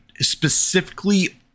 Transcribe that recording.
specifically